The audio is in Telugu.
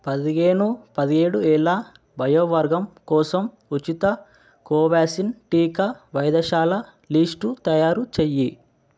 పదిహేను పదిహేడు ఏళ్ళ వయోవర్గం కోసం ఉచిత కోవ్యాసిన్ టీకా వైద్యశాల లిస్టు తయారు చెయ్యి